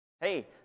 hey